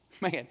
Man